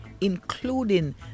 including